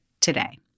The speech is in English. today